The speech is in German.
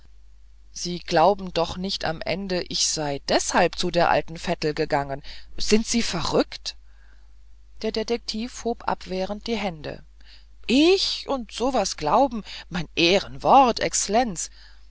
sie glauben doch nicht am ende ich sei deshalb zu der alten vettel gegangen sind sie verrückt der detektiv hob abwehrend die hände ich und so was glauben mein ehrenwort exlenz